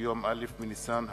ביום א' בניסן התש"ע,